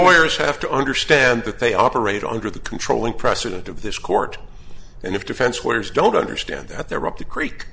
corners have to understand that they operate under the controlling precedent of this court and if defense workers don't understand that they're up the creek